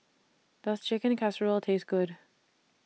Does Chicken Casserole Taste Good